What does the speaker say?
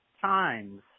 times